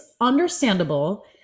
understandable